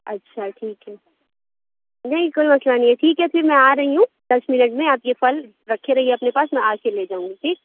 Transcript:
اچھا ٹھیک ہے نہیں کوئی مسئلہ نہیں ہے ٹھیک ہے پھر میں آ رہی ہوں دس منٹ میں آپ یہ پھل رکھے رہیے اپنے پاس میں آ کے لے جاؤں گی ٹھیک